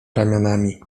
ramionami